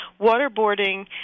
waterboarding